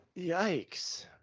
Yikes